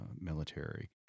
military